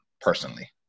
personally